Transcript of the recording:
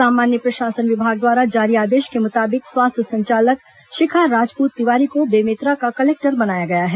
सामान्य प्रशासन विभाग द्वारा जारी आदेश के मुताबिक स्वास्थ्य संचालक शिखा राजपूत तिवारी को बेमेतरा का कलेक्टर बनाया गया है